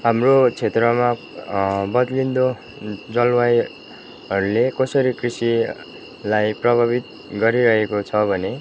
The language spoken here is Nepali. हाम्रो क्षेत्रमा बद्लिँदो जलवायुहरूले कसरी कृषिलाई प्रभावित गरिरहेको छ भने